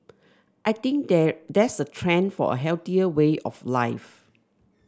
I think there there's a trend for a healthier way of life